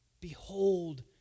Behold